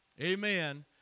Amen